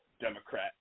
Democrat